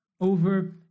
over